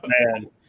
man